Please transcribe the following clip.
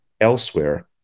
elsewhere